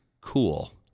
cool